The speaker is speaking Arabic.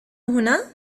هنا